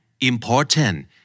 important